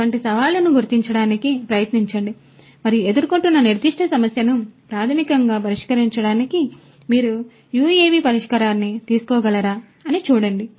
అటువంటి సవాలును గుర్తించడానికి ప్రయత్నించండి మరియు మీరు ఎదుర్కొంటున్న నిర్దిష్ట సమస్యను ప్రాథమికంగా పరిష్కరించడానికి మీరు UAV పరిష్కారాన్ని తీసుకురాగలరా అని చూడండి